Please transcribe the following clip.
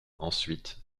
ensuite